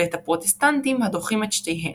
ואת הפרוטסטנטים הדוחים את שתיהן,